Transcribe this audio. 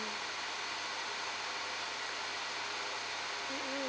mm mm